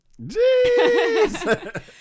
Jeez